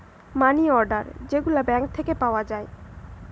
মানি order যে গুলা bank থিকে পাওয়া যায়